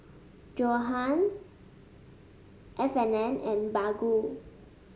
Johan F and N and Baggu